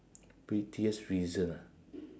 pettiest reason ah